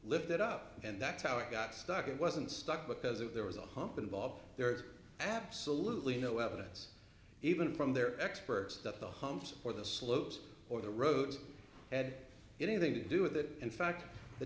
it up and that's how it got stuck it wasn't stuck because if there was a hump involved there is absolutely no evidence even from their experts that the humps or the slopes or the roads had anything to do with that in fact the